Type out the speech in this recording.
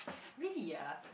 really ah